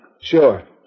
Sure